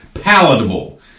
palatable